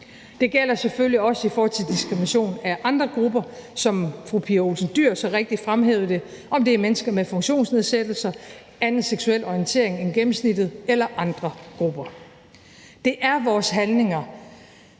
Det gælder selvfølgelig også i forhold til diskrimination af andre grupper, som fru Pia Olsen Dyhr så rigtigt fremhævede det; om det er mennesker med funktionsnedsættelser, anden seksuel orientering end gennemsnittet eller andre grupper. Det er vores handlinger